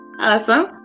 Awesome